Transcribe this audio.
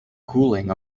cooling